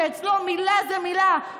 שאצלו מילה זה מילה,